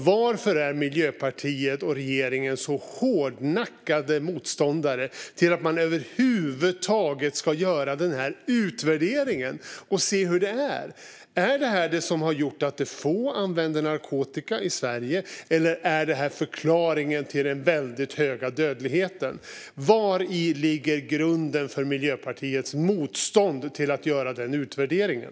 Varför är Miljöpartiet och regeringen så hårdnackade motståndare till att man över huvud taget ska göra utvärderingen och se hur det är? Är det lagen som har gjort att det är få som använder narkotika i Sverige, eller är lagen förklaringen till den mycket höga dödligheten? Vari ligger grunden för Miljöpartiets motstånd till att göra den utvärderingen?